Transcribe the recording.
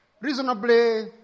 reasonably